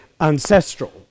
ancestral